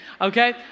Okay